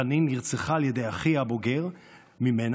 רנין נרצחה על ידי אחיה הבוגר ממנה,